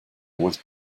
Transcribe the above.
was